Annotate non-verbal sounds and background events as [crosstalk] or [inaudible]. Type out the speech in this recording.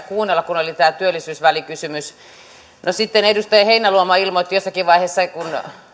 [unintelligible] kuunnella kun oli tämä työllisyysvälikysymys no sitten edustaja heinäluoma ilmoitti jossakin vaiheessa kun